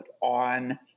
on